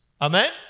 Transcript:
Amen